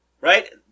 right